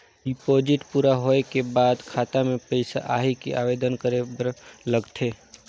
Deposit पूरा होय के बाद मोर खाता मे पइसा आही कि आवेदन करे बर लगथे?